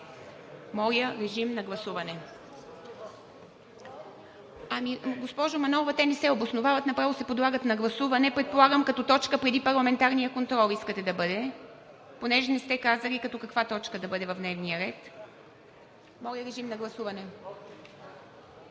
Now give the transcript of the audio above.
Мая Манолова.) Госпожо Манолова, те не се обосновават, направо се подлагат на гласуване – предполагам като точка преди парламентарния контрол искате да бъде, понеже не сте казали като каква точка да бъде в дневния ред. Моля, режим на гласуване.